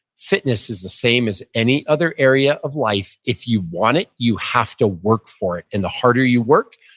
fitness is the same as any other area of life, if you want it, you have to work for it. and the harder you work,